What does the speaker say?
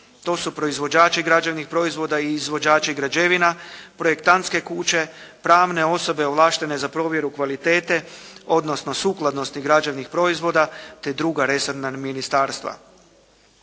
To su proizvođači građevnih proizvoda i izvođači građevina, projektantske kuće, pravne osobe ovlaštene za provjeru kvalitete, odnosno sukladnosti građevnih proizvoda, te druga resorna ministarstva.